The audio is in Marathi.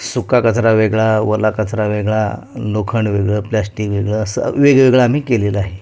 सुका कचरा वेगळा ओला कचरा वेगळा लोखंड वेगळं प्लॅस्टिक वेगळं असं वेगवेगळं आम्ही केलेलं आहे